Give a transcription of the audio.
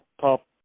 top